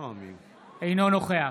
אינו נוכח